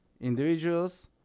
individuals